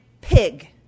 pig